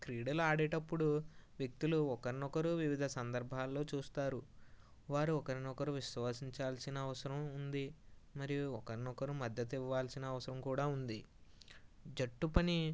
క్రీడలు ఆడేటప్పుడు వ్యక్తులు ఒకరినొకరు వివిధ సందర్భాల్లో చూస్తారు వారు ఒకరినొకరు విశ్వసించాల్సిన అవసరం ఉంది మరియు ఒకరినొకరు మద్దతు ఇవ్వాల్సిన అవసరం కూడా ఉంది జట్టు పని